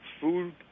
food